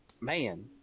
man